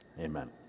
Amen